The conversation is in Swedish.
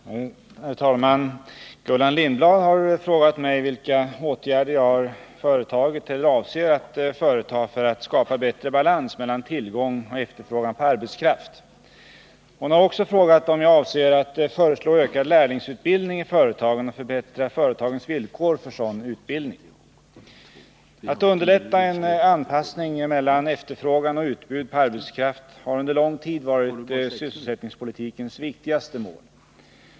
Herr talman! Gullan Lindblad har frågat mig vilka åtgärder jag har företagit eller avser att företa för att skapa bättre balans mellan tillgång och efterfrågan på arbetskraft. Hon har också frågat om jag avser att föreslå ökad lärlingsutbildning i företagen och förbättra företagens villkor för sådan utbildning. Att underlätta en anpassning mellan efterfrågan och utbud på arbetskraft har under lång tid varit sysselsättningspolitikens viktigaste mål.